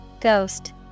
Ghost